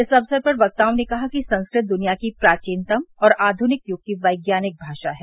इस अवसर पर वक्ताओं ने कहा कि संस्कृत दुनिया की प्राचीनतम और आधुनिक युग की वैज्ञानिक भाषा है